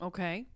Okay